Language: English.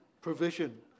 provision